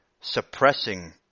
suppressing